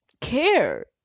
care